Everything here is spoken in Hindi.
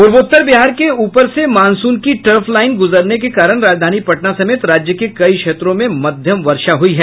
पूर्वोत्तर बिहार के ऊपर से मॉनसून की ट्रफ लाईन गुजरने के कारण राजधानी पटना समेत राज्य के कई क्षेत्रों में मध्यम वर्षा हुई है